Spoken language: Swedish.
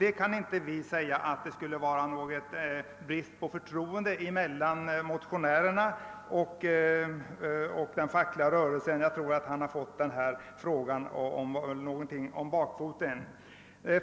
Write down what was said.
Det kan inte sägas föreligga någon brist på förtroende mellan motionärerna och den fackliga rörelsen. Herr Nilsson har nog fått den saken något om bakfoten.